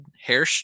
hair